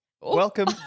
welcome